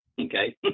Okay